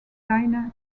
dina